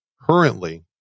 currently